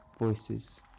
Voices